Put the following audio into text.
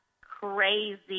crazy